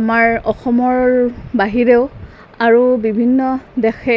আমাৰ অসমৰ বাহিৰেও আৰু বিভিন্ন দেশে